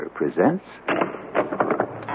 presents